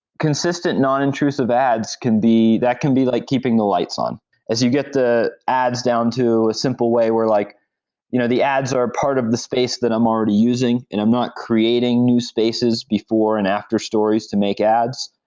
consistent nonintrusive ads can be that can be like keeping the lights on as you get the ads down to a simple way where like you know the ads are a part of the space that i'm already using and i'm not creating new spaces before and after stories to make ads,